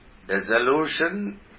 dissolution